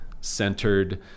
centered